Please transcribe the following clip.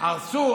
הרסו.